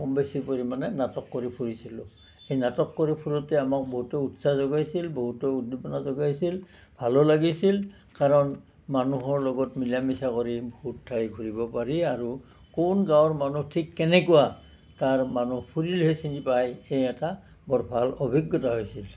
কম বেছি পৰিমাণে নাটক কৰি ফুৰিছিলোঁ সেই নাটক কৰি ফুৰোঁতে আমাক বহুতে উৎসাহ যোগাইছিল বহুতে উদ্দীপনা যোগাইছিল ভালো লাগিছিল কাৰণ মানুহৰ লগত মিলা মিছা কৰি বহুত ঠাই ঘূৰিব পাৰি আৰু কোন গাঁৱৰ মানুহ ঠিক কেনেকুৱা কাৰ মানুহ ফুৰিলেহে চিনি পায় এই এটা বৰ ভাল অভিজ্ঞতা হৈছিল